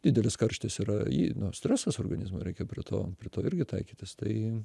didelis karštis yra ji nu stresas organizmui reikia prie to prie to irgi taikytis tai